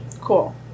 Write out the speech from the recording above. Cool